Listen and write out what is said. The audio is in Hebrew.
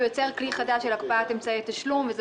הוא יוצר כלי חדש של הקפאת אמצעי תשלום וזה